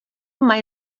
mai